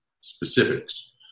specifics